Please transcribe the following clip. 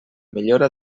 millora